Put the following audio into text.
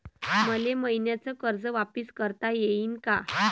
मले मईन्याचं कर्ज वापिस करता येईन का?